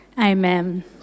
amen